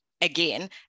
Again